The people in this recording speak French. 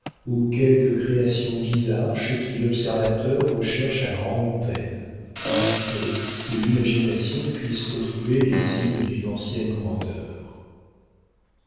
ou quelque création bizarre chez qui l'observateur recherche à grand'peine un trait où l'imagination puisse retrouver les signes d'une ancienne grandeur